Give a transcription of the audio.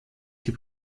die